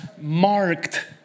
marked